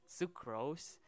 Sucrose